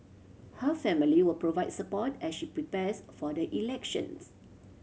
her family will provide support as she prepares for the elections